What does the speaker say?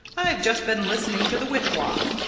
i've just been listening to the wiff-waff.